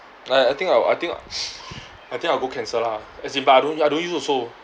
like I think I will I think I think I will go cancel lah as in but I I don't use also